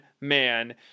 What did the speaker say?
man